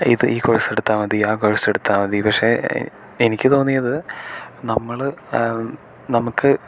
ഇത് ഈ കോഴ്സ് എടുത്താൽ മതി ആ കോഴ്സ് എടുത്താൽ മതി പക്ഷേ എനിക്ക് തോന്നിയത് നമ്മൾ നമുക്ക്